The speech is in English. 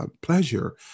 pleasure